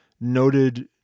noted